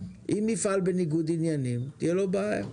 אם הוא יפעל בניגוד עניינים, תהיה לו בעיה.